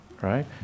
right